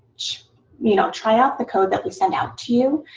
you know, try out the code that we send out to you.